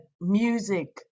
music